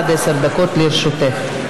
עד עשר דקות לרשותך.